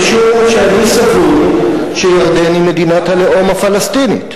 אני אברך משום שאני סבור שירדן היא מדינת הלאום הפלסטינית.